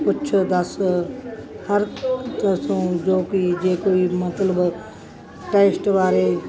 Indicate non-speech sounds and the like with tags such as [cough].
ਪੁੱਛੋ ਦੱਸ ਹਰ [unintelligible] ਜੋ ਕਿ ਜੇ ਕੋਈ ਮਤਲਬ ਟੈਸਟ ਬਾਰੇ